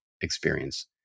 experience